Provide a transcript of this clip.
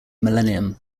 millennium